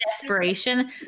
desperation